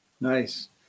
Nice